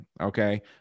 Okay